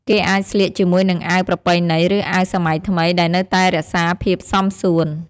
គេអាចស្លៀកជាមួយនឹងអាវប្រពៃណី ឬអាវសម័យថ្មីដែលនៅតែរក្សាភាពសមសួន។